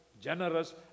generous